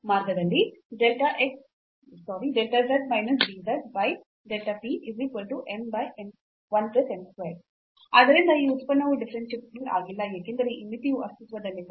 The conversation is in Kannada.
ಮಾರ್ಗದಲ್ಲಿ ಆದ್ದರಿಂದ ಈ ಉತ್ಪನ್ನವು ಡಿಫರೆನ್ಸಿಬಲ್ ಆಗಿಲ್ಲ ಏಕೆಂದರೆ ಈ ಮಿತಿಯು ಅಸ್ತಿತ್ವದಲ್ಲಿಲ್ಲ